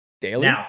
daily